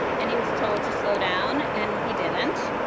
and he was told to slow down, and he didn't.